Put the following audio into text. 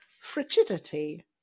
frigidity